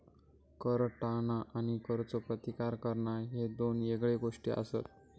कर टाळणा आणि करचो प्रतिकार करणा ह्ये दोन येगळे गोष्टी आसत